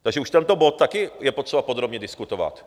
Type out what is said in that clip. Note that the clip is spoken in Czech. Takže už tento bod je taky potřeba podrobně diskutovat.